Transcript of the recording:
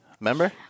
Remember